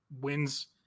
wins